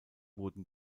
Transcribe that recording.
wurden